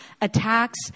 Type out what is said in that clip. attacks